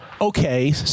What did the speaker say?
okay